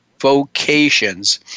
vocations